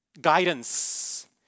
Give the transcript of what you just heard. Guidance